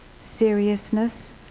seriousness